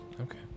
Okay